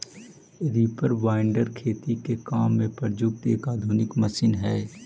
reaper binder खेती के काम में प्रयुक्त एक आधुनिक मशीन हई